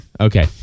okay